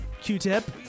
Q-Tip